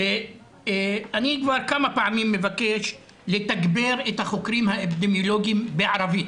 אני כבר כמה פעמים מבקש לתגבר את החוקרים האפידמיולוגיים בערבית.